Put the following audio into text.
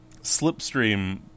slipstream